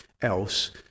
else